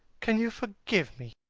can you forgive me?